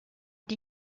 die